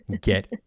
Get